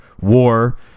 War